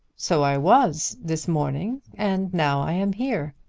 so i was this morning, and now i am here.